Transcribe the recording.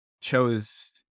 chose